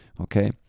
Okay